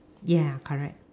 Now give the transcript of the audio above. ya correct